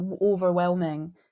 overwhelming